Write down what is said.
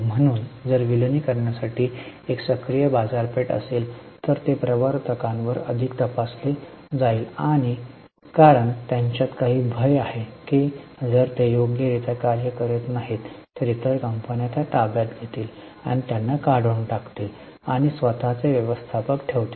म्हणून जर विलीनीकरणासाठी एक सक्रिय बाजारपेठ असेल तर ते प्रवर्तकांवर अधिक तपासले जाईल कारण त्यांच्यात काही भय आहे की जर ते योग्य रित्या कार्य करत नाहीत तर इतर कंपन्या त्या ताब्यात घेतील आणि त्यांना काढून टाकतील आणि स्वत चे व्यवस्थापक ठेवतील